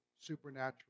supernatural